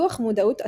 ופיתוח מודעות עצמית.